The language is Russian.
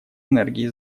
энергии